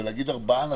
ולהגיד ארבעה אנשים,